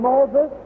Moses